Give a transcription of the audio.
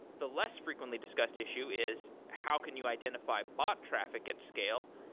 the less frequently discussed issue is how can you identify bot traffic at scale.